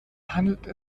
handelt